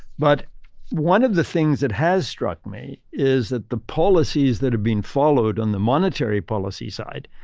but one of the things that has struck me is that the policies that have been followed on the monetary policy side,